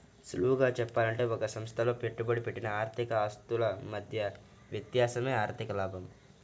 సులువుగా చెప్పాలంటే ఒక సంస్థలో పెట్టుబడి పెట్టిన ఆర్థిక ఆస్తుల మధ్య వ్యత్యాసమే ఆర్ధిక లాభం